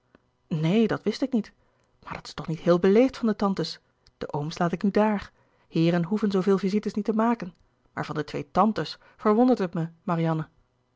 neen dat wist ik niet maar dat is toch niet heel beleefd van de tantes de ooms laat ik nu daar heeren hoeven zooveel visites niet te maken maar van de twee tantes verwondert het me marianne